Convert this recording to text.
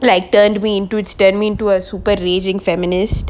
like turned me into stamp me into a super raging feminist